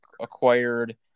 acquired